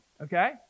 Okay